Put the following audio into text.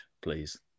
please